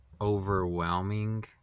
overwhelming